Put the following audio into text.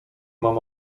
mam